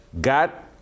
got